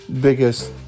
biggest